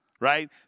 right